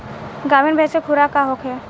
गाभिन भैंस के खुराक का होखे?